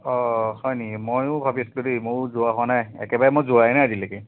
অ' হয় নেকি মইও ভাবি আছিলোঁ দেই মইও যোৱা হোৱা নাই একেবাৰে মই যোৱাই নাই আজিলৈকে